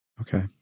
Okay